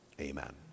Amen